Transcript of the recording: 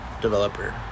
developer